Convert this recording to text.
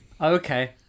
Okay